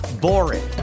boring